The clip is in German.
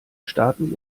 starten